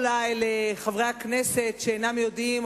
אולי לחברי הכנסת שאינם יודעים,